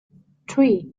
three